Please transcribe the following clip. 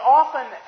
often